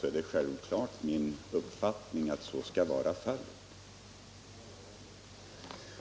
Det är självklart min mening att så skall vara fallet.